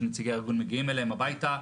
נציגי הארגון מגיעים אליהם הביתה.